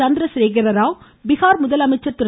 சந்திரசேகர ராவ் பீகார் முதலமைச்சர் திரு